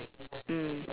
mm